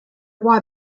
roi